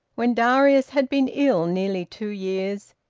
when darius had been ill nearly two years,